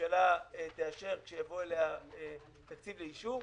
שהממשלה תאשר כשיבוא אליה תקציב לאישור.